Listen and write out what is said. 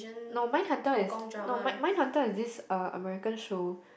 no Mindhunter is no mind Mindhunter is this uh American show